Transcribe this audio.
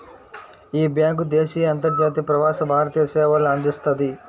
యీ బ్యేంకు దేశీయ, అంతర్జాతీయ, ప్రవాస భారతీయ సేవల్ని అందిస్తది